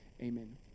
Amen